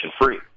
free